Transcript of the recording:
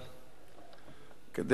בנושא: